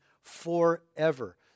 forever